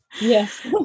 Yes